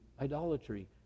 idolatry